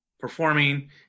Performing